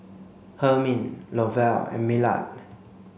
Hermine Lovell and Millard